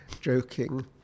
joking